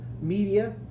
media